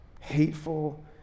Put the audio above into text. hateful